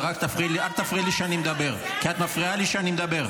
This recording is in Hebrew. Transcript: ואל תפריעי לי כשאני מדבר.